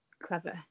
clever